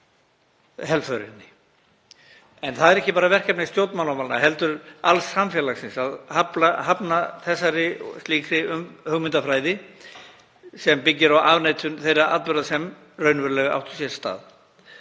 en það er ekki bara verkefni stjórnmálamannanna heldur alls samfélagsins að hafna slíkri hugmyndafræði sem byggir á afneitun þeirra atburða sem raunverulega áttu sér stað.